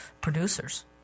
producers